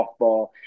softball